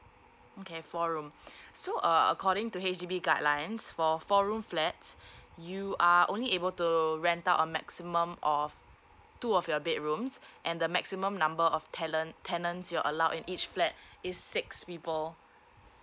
okay four room so uh according to H_D_B guidelines for four room flat you are only able to rent out a maximum of two of your bedrooms and the maximum number of talent tenants you're allowed in each flat is six people